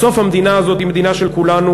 בסוף המדינה הזאת היא מדינה של כולנו,